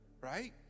right